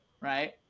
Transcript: right